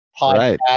podcast